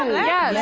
yeah.